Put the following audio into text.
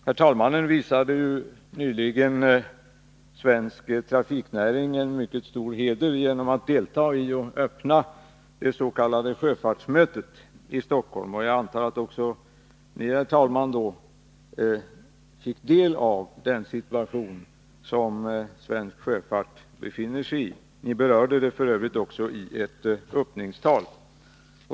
Herr talmannen visade nyligen svensk trafiknäring en mycket stor heder genom att öppna och delta i det s.k. sjöfartsmötet i Stockholm. Jag antar att ni, herr talman, då fick ta del av den situation som svensk sjöfart befinner sig i. Ni berörde den f. ö. i ert öppningstal.